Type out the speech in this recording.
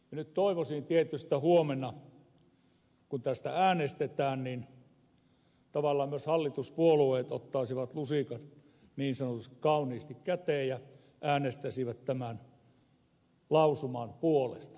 nyt toivoisin tietysti että huomenna kun tästä äänestetään tavallaan myös hallituspuolueet ottaisivat lusikan niin sanotusti kauniiseen käteen ja äänestäisivät tämän lausuman puolesta